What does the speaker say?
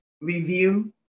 review